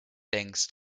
denkst